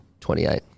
28